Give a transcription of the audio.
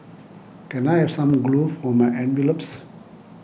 can I have some glue for my envelopes